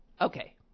Okay